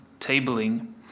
tabling